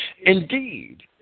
Indeed